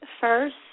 first